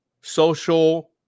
social